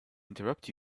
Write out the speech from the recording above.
interrupt